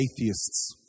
atheists